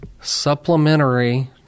supplementary